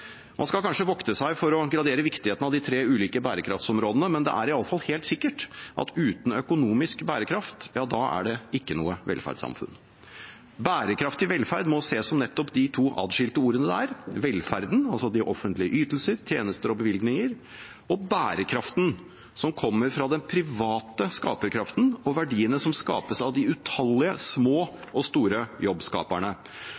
Man skal kanskje vokte seg for å gradere viktigheten av de tre ulike bærekraftområdene, men det er iallfall helt sikkert at uten økonomisk bærekraft er det ikke noe velferdssamfunn. Bærekraftig velferd må ses som nettopp de to adskilte ordene det er: velferden, altså de offentlige ytelser, tjenester og bevilgninger, og bærekraften som kommer fra den private skaperkraften, og verdiene som skapes av de utallige